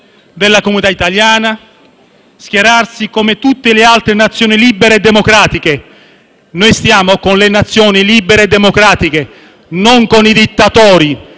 della comunità italiana e schierarsi come tutte le altre Nazioni libere e democratiche. Noi stiamo con le Nazioni libere e democratiche, non con i dittatori